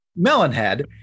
Melonhead